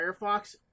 Firefox